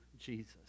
Jesus